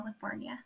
California